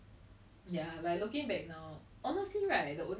maybe like a foreign job getting out of your comfort zone